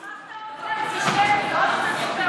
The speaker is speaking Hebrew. שכחת להגיד אנטישמי.